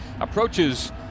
approaches